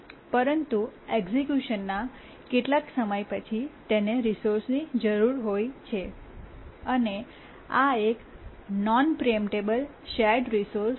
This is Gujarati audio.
પરંતુ એક્સિક્યૂટ ના કેટલાક સમય પછી તેને રિસોર્સની જરૂર હોય છે અને આ એક નોન પ્રીએમ્પટેબલ શેર્ડ રિસોર્સ છે